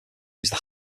use